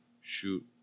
shoot